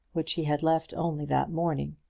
which he had left only that morning.